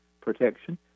protection